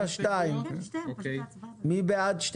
מי נגד?